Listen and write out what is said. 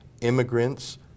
immigrants